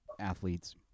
athletes